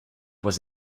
was